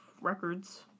records